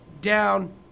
down